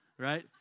right